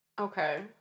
Okay